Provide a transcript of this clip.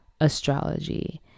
astrology